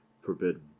forbidden